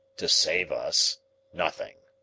to save us nothing,